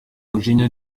umujinya